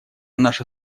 наша